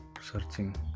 searching